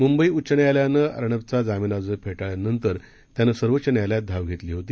मुंबई उच्च न्यायालयानं अर्णबचा जामीन अर्ज फेटाळल्यानंतर त्यानं सर्वोच्च न्यायालयात धाव घेतली होती